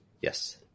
Yes